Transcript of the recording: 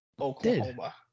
oklahoma